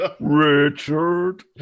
Richard